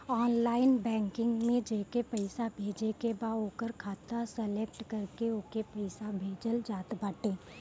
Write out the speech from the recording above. online banking में जेके पईसा भेजे के बा ओकर खाता सलेक्ट करके ओके पईसा भेजल जात बाटे